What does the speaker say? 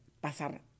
pasar